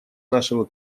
нашего